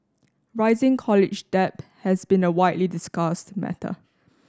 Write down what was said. rising college debt has been a widely discussed matter